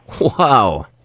Wow